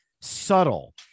subtle